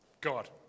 God